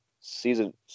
season